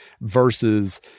versus